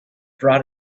brought